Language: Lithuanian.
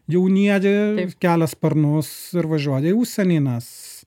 jaunieji kelia sparnus ir važiuoja į užsienį nes